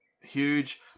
huge